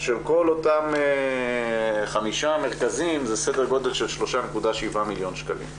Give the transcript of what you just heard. של כל אותם חמישה מרכזים זה סדר גודל של 3.7 מיליון שקלים.